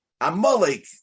Amalek